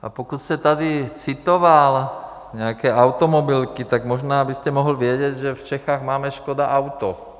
A pokud jste tady citoval nějaké automobilky, tak možná byste mohl vědět, že v Čechách máme Škoda Auto.